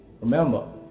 Remember